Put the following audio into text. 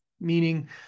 meaning